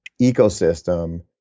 ecosystem